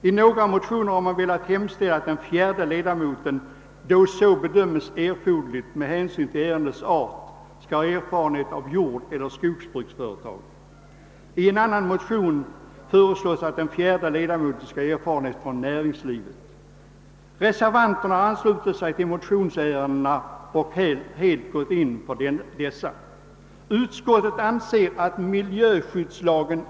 I några motioner har man hemställt att den fjärde ledamoten, då så bedöms erforderligt med hänsyn till ärendets art, skall utgöras av person med erfarenhet från jordoch skogsbruksföretag. I andra motioner föreslås att den fjärde ledamoten skall ha erfarenhet från näringslivet. Reservanterna har anslutit sig till motionärernas uppfattning.